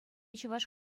чӑваш